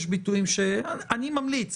אני ממליץ.